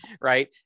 right